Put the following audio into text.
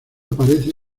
aparece